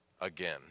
again